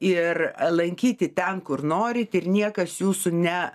ir lankyti ten kur norit ir niekas jūsų ne